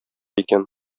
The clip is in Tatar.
икән